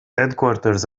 headquarters